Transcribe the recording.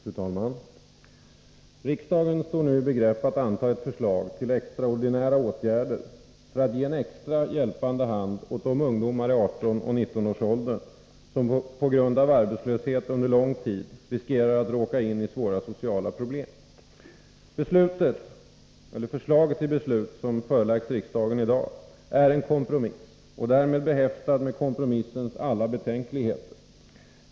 Fru talman! Riksdagen står nu i begrepp att anta ett förslag till extraordinära åtgärder för att ge en extra hjälpande hand åt de ungdomar i 18-19-årsåldern som på grund av arbetslöshet under lång tid riskerar att råka ini svåra sociala problem. Förslaget till beslut är en kompromiss och därmed behäftat med kompromissens alla betänkligheter.